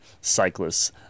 cyclists